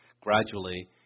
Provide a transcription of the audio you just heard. gradually